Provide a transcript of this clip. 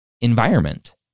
environment